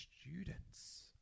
students